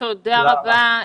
תודה רבה.